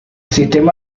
sistema